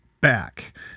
back